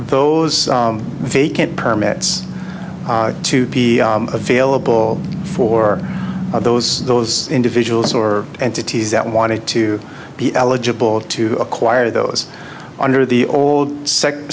those vacant permits to be available for those those individuals or entities that wanted to be eligible to acquire those under the old second